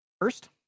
first